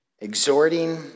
Exhorting